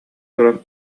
туран